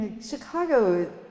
Chicago